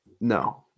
No